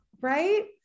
right